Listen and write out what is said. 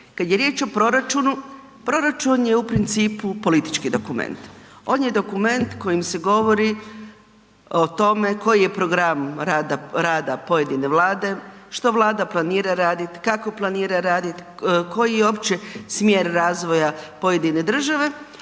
Kad je riječ o proračunu, proračun je u principu politički dokument. On je dokument kojim se govori o tome koji je program rada pojedine vlade, što vlada planira raditi, kako planira raditi, koji je uopće smjer razvoja pojedine države,